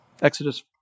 Exodus